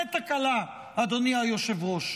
זאת תקלה, אדוני היושב-ראש.